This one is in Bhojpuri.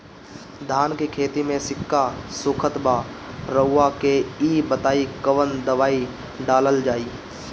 धान के खेती में सिक्का सुखत बा रउआ के ई बताईं कवन दवाइ डालल जाई?